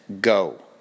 go